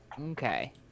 Okay